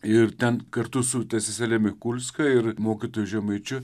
ir ten kartu su sesele mikulska ir mokytoju žemaičiu